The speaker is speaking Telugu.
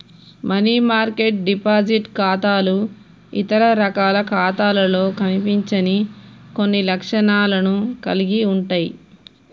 మనీ మార్కెట్ డిపాజిట్ ఖాతాలు ఇతర రకాల ఖాతాలలో కనిపించని కొన్ని లక్షణాలను కలిగి ఉంటయ్